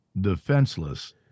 defenseless